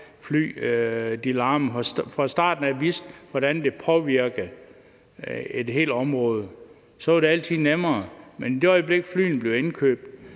flyene larmer, og fra starten af ved, hvordan det påvirker et helt område, så er det altid nemmere, men i det øjeblik, flyene bliver indkøbt,